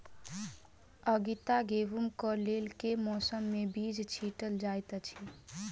आगिता गेंहूँ कऽ लेल केँ मौसम मे बीज छिटल जाइत अछि?